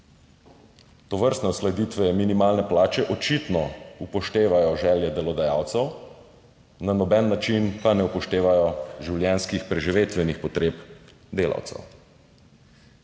Tovrstne uskladitve minimalne plače očitno upoštevajo želje delodajalcev, na noben način pa ne upoštevajo življenjskih, preživitvenih potreb delavcev.